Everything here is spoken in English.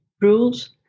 Rules